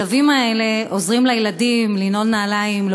הכלבים האלה עוזרים לילדים לנעול נעליים,